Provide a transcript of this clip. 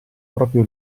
proprio